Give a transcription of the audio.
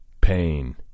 pain